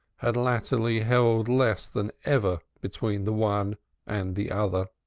had latterly held less than ever between the one and the other.